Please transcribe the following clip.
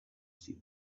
see